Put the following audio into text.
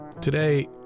Today